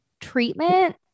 treatment